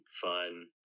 fun